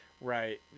Right